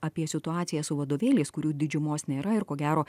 apie situaciją su vadovėliais kurių didžiumos nėra ir ko gero